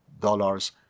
dollars